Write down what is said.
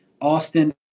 Austin